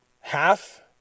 half